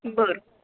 बरं